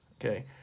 Okay